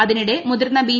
അതിനിടെ മുതിർന്ന ബി